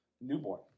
newborn